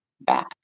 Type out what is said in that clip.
back